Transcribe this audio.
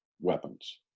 weapons